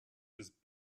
his